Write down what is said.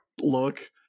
look